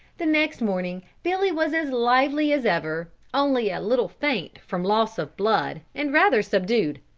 the next morning billy was as lively as ever, only a little faint from loss of blood and rather subdued.